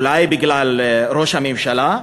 אולי בגלל ראש הממשלה,